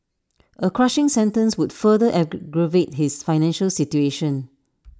A crushing sentence would further aggravate his financial situation